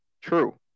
true